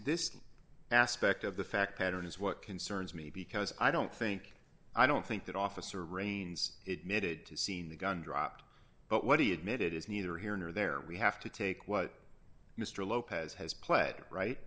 this aspect of the fact pattern is what concerns me because i don't think i don't think that officer reins it needed to seen the gun dropped but what do you admitted is neither here nor there we have to take what mr lopez has pled right